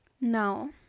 now